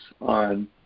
on